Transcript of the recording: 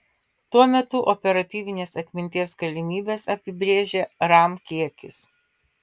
tuo metu operatyvinės atminties galimybes apibrėžia ram kiekis